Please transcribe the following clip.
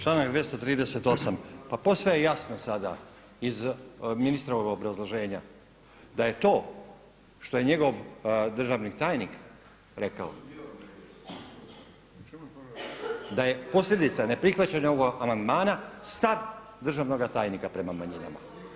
Članak 238. pa posve je jasno sada iz ministrovog obrazloženja da je to što je njegov državni tajnik rekao, da je posljedica neprihvaćanja ovoga amandmana stav državnoga tajnika prema manjinama.